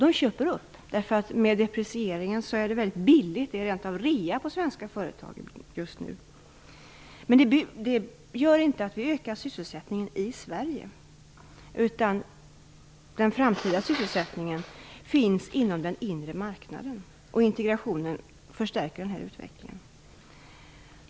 De köper upp. I och med deprecieringen är det väldigt billigt att köpa upp svenska företag -- det är rent av rea på dem just nu. Men det leder inte till att sysselsättningen i Sverige ökar, utan den framtida sysselsättningen finns inom den inre marknaden, och integrationen förstärker denna utveckling.